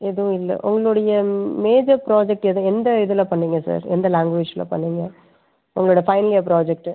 எதுவும் இல்லை உங்களுடைய மேஜர் ப்ராஜெக்ட் எது எந்த இதில் பண்ணீங்க சார் எந்த லாங்குவேஜ்யில் பண்ணீங்க உங்களோடய பைனல் இயர் ப்ராஜெக்ட்டு